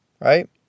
right